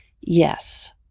Yes